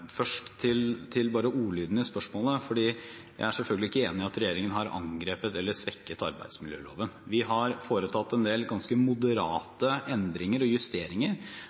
Først til ordlyden i spørsmålet: Jeg er selvfølgelig ikke enig i at regjeringen har angrepet eller svekket arbeidsmiljøloven. Vi har foretatt en del ganske moderate endringer og justeringer